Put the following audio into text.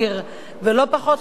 ולא פחות חשוב מכך,